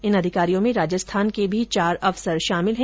इन अधिकारियों में राजस्थान के भी चार अफसर शामिल हैं